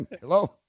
Hello